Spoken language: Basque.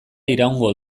iraungo